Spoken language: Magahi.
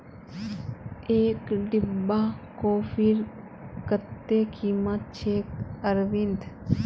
एक डिब्बा कॉफीर कत्ते कीमत छेक अरविंद